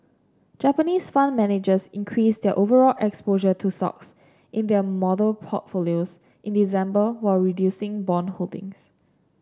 Japanese fund managers increased their overall exposure to stocks in their model portfolios in December while reducing bond holdings